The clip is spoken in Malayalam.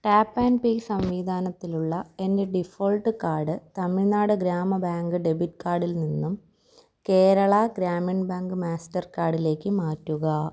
ടാപ്പ് ആൻഡ് പേ സംവിധാനത്തിലുള്ള എൻ്റെ default card Tamil Nadu Grama bank debit കാർഡിൽ നിന്നും കേരള ഗ്രാമീൺ ബാങ്ക് മാസ്റ്റർ കാർഡിലേക്ക് മാറ്റുക